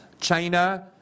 China